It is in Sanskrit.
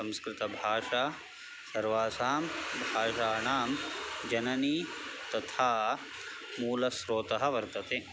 संस्कृतभाषा सर्वासां भाषाणां जननी तथा मूलस्रोतः वर्तते